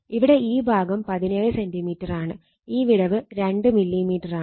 ഇവിടെ ഈ ഭാഗം 17 സെന്റിമീറ്ററാണ് ഈ വിടവ് 2 മില്ലിമീറ്ററാണ്